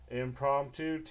impromptu